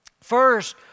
First